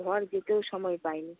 ঘর যেতেও সময় পাইনি